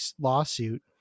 lawsuit